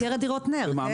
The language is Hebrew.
במסגרת דירות נ"ר.